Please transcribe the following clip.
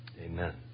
Amen